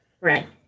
Right